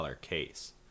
case